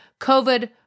COVID